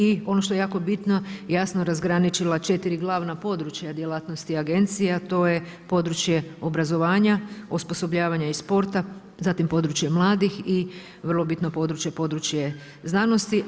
I ono što je jako bitno, jasno razgraničila četiri glavna područja djelatnosti agencija, to je područje obrazovanja, osposobljavanja i sporta zatim područje mladih i vrlo bitno područje, područje znanosti.